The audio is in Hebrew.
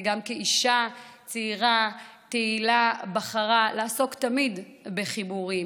וגם כאישה צעירה תהלה בחרה לעסוק תמיד בחיבורים,